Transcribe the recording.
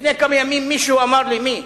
לפני כמה ימים מישהו אמר לי, מי?